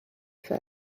for